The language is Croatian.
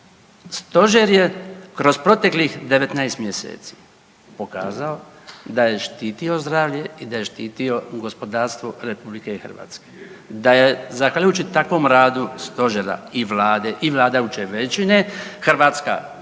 Stožer je kroz proteklih 19 mjeseci pokazao da je štitio zdravlje i da je štitio gospodarstvo RH. Da je zahvaljujući takvom radu Stožera i Vlade i vladajuće većine, Hrvatska na